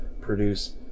produce